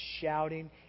shouting